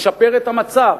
לשפר את המצב,